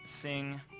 sing